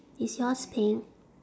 is yours pink